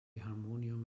harmonium